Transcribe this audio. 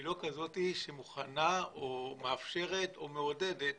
ולא כזאת שמוכנה או מאפשרת או מעודדת